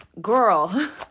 Girl